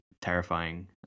terrifying